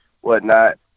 whatnot